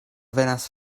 venas